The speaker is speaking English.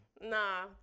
Nah